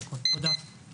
תודה.